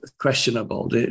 questionable